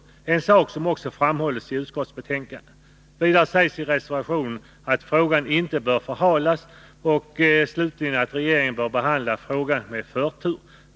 Det är en sak som också framhållits i utskottsbetänkandet. I reservationen anförs också att frågan inte bör förhalas och att regeringen bör behandla den med förtur.